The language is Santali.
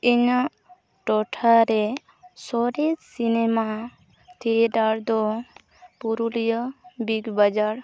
ᱤᱧᱟᱹᱜ ᱴᱚᱴᱷᱟᱨᱮ ᱥᱚᱨᱮᱥ ᱥᱤᱱᱮᱢᱟ ᱛᱷᱤᱭᱮᱴᱟᱨ ᱫᱚ ᱯᱩᱨᱩᱞᱤᱭᱟᱹ ᱵᱤᱜᱽᱵᱟᱡᱟᱨ